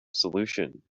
solution